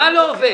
מה לא עובד?